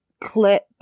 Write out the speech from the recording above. clip